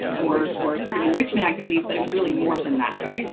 and or or sort of enrichment activities, but it was really more than that.